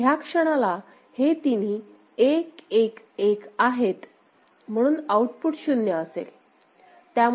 आणि ह्या क्षणाला हे तिन्ही 1 1 1 आहेत म्हणून आउटपुट शून्य असेल